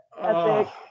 epic